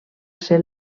ser